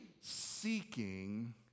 seeking